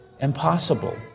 impossible